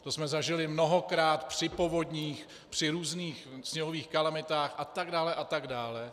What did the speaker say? To jsme zažili mnohokrát při povodních, při různých sněhových kalamitách a tak dále, a tak dále.